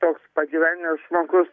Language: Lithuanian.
toks pagyvenęs žmogus